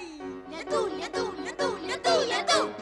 ledų ledų ledų ledų ledų